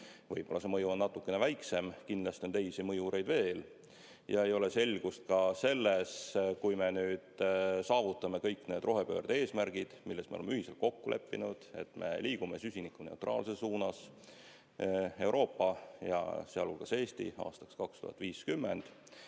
Võib-olla see mõju on natukene väiksem. Kindlasti on teisi mõjureid veel ja ei ole selgust ka selles, et kui me nüüd saavutame kõik need rohepöörde eesmärgid, milles me oleme ühiselt kokku leppinud, et me liigume süsinikuneutraalsuse suunas – Euroopa ja sealhulgas Eesti aastaks 2050,